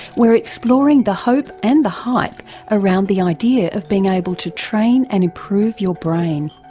we're exploring the hope and the hype around the idea of being able to train and improve your brain.